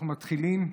אנחנו מתחילים.